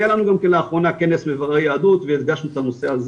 היה לנו גם כן לאחרונה כנס למבררי יהדות והגשנו את הנושא הזה.